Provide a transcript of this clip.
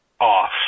off